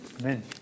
Amen